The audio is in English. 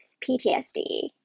PTSD